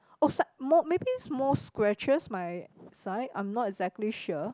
oh sa~ more maybe more scratches my side I'm not exactly sure